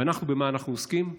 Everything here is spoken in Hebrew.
ואנחנו, במה אנחנו עוסקים?